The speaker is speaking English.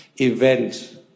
event